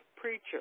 preacher